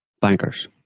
bankers